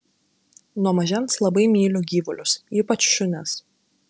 nuo mažens labai myliu gyvulius ypač šunis